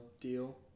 deal